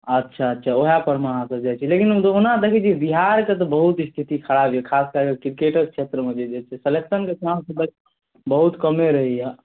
अच्छा अच्छा वएहपरमे अहाँसब जाइ छिए लेकिन ओहुना देखै छिए बिहारके तऽ बहुत स्थिति खराब छै खास कऽ कऽ किरकेटके क्षेत्रमे जे छै सेलेक्शनके चान्स बहुत कमे रहैए